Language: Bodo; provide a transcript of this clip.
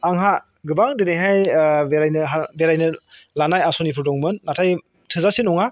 आंहा गोबां दिनैहाय बेरायनो लानाय आसनिफोर दंमोन नाथाय थोजासे नङा